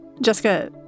Jessica